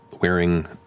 wearing